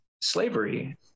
slavery